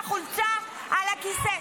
את החולצה על הכיסא.